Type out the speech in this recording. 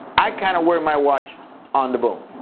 i kind of wear my watch on the bone.